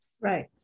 Right